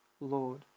Lord